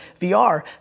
VR